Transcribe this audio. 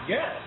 Yes